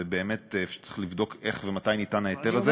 באמת צריך לבדוק איך ומתי ניתן ההיתר הזה.